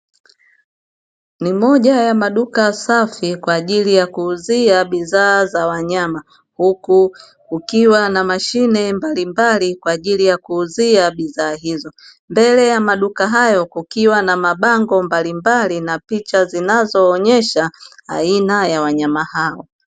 Ni moja ya maduka safi kwa ajili ya kuuzia bidhaa za wanyama, huku kukiwa na mashine mbalimbali kwa ajili ya kuuzia bidhaa hizo. Mbele ya maduka hayo, kukiwa na mabango mbalimbali na picha zinazoonyesha aina za wanyama hao.